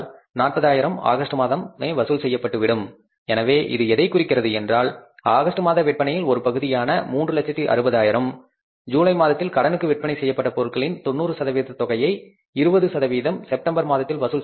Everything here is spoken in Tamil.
40000 ஆகஸ்ட் மாதமே வசூல் செய்யப்பட்டு விடும் எனவே இது எதைக் குறிக்கிறது என்றால் ஆகஸ்ட் மாத விற்பனையில் ஒரு பகுதியான 360000 ஜூலை மாதத்தில் கடனுக்கு விற்பனை செய்யப்பட்ட பொருட்களின் 90 சதவீத தொகையை 20 செப்டம்பர் மாதத்தில் வசூல் செய்யப்படும்